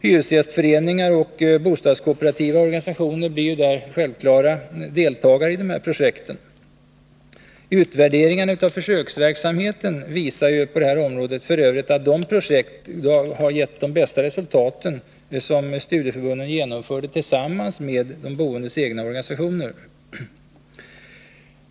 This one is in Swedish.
Hyresgästföreningar och bostadskooperativa organisationer blir självklara deltagare i projekten. Utvärderingarna av försöksverksamheten på detta område visar f. ö. att de projekt som studieförbunden genomförde tillsammans med de boendes egna organisationer gav det bästa resultatet.